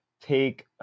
take